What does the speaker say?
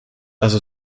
also